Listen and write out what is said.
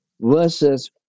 versus